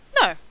No